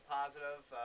positive